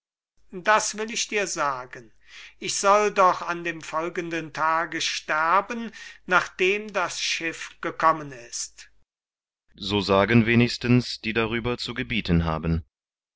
das will ich dir sagen ich soll doch an dem folgenden tage sterben nachdem das schiff gekommen ist kriton so sagen wenigstens die die darüber zu gebieten haben